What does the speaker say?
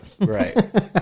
Right